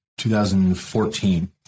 2014